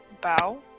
bow